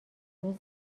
روز